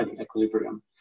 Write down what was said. equilibrium